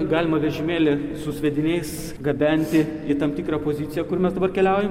galima vežimėlį su sviediniais gabenti į tam tikrą poziciją kur mes dabar keliaujam